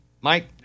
Mike